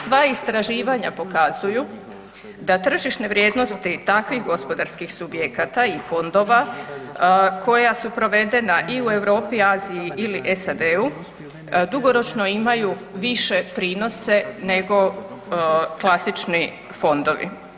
Sva istraživanja pokazuju da tržišne vrijednosti takvih gospodarskih subjekata i fondova koja su provedena i u Europi i Aziji ili SAD-u dugoročno imaju više prinose nego klasični fondovi.